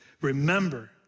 remember